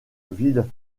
ville